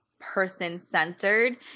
person-centered